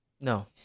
No